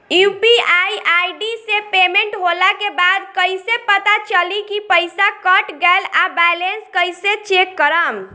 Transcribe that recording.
UPI ID से payment होला के बाद कइसे पता चली की पईसा कट गएल आ बैलेंस कइसे चेक करम?